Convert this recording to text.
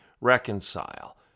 reconcile